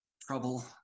trouble